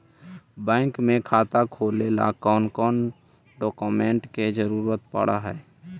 Bank में खाता खोले ल कौन कौन डाउकमेंट के जरूरत पड़ है?